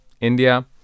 India